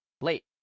late